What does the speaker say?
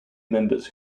members